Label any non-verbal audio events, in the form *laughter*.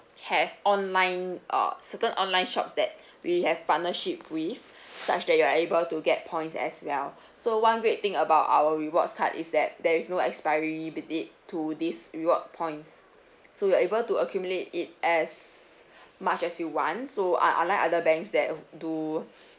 have online uh certain online shops that *breath* we have partnership with *breath* such that you are able to get points as well *breath* so one great thing about our rewards card is that there is no expiry with it to this reward points *breath* so you're able to accumulate it as *breath* much as you want so ah unlike other banks that do *breath*